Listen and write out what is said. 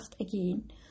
again